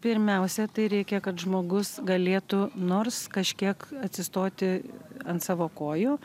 pirmiausia tai reikia kad žmogus galėtų nors kažkiek atsistoti ant savo kojų